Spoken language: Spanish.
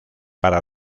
para